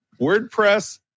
WordPress